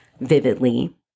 vividly